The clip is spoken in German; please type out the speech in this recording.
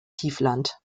tiefland